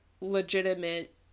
legitimate